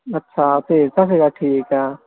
ਅੱਛਾ ਭੇਜ ਤਾ ਸੀਗਾ ਠੀਕ ਆ